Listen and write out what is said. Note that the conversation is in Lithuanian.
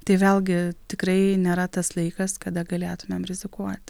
tai vėlgi tikrai nėra tas laikas kada galėtumėm rizikuot